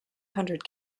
hundred